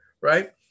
right